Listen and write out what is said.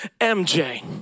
MJ